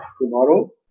tomorrow